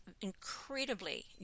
incredibly